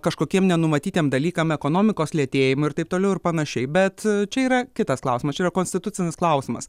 kažkokiem nenumatytiem dalykam ekonomikos lėtėjimui ir taip toliau ir panašiai bet čia yra kitas klausimas čia yra konstitucinis klausimas